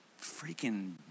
freaking